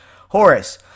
Horace